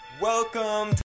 Welcome